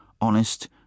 honest